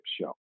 show